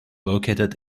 located